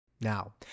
Now